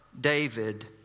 David